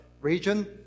region